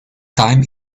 time